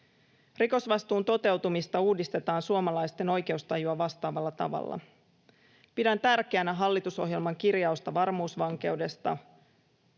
Rikosvastuun toteutumista uudistetaan suomalaisten oikeustajua vastaavalla tavalla. Pidän tärkeänä hallitusohjelman kirjausta varmuusvankeudesta,